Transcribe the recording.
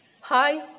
Hi